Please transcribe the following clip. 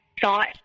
thought